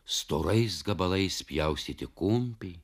storais gabalais pjaustyti kumpį